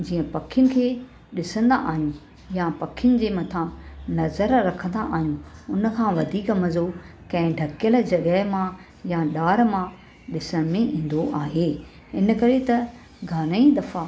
जीअं पखियुनि खे ॾिसंदा आहियूं या पखियुनि जे मथां नज़र रखंदा आहियूं उन खां वधिक मज़ो कंहिं ढकियल जॻहि मां या ॾाड़ मां ॾिसण में ईंदो आहे इनकरे त घणाई दफ़ा